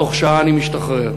תוך שעה אני משתחרר.